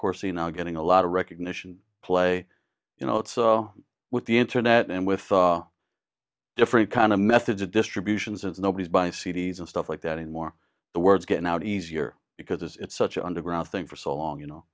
scene now getting a lot of recognition play you know it's with the internet and with a different kind of method to distributions and nobody's buying c d s and stuff like that anymore the words getting out easier because it's such an underground thing for so long you know